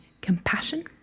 compassion